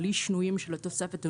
בלי שינויים של התוספת ---.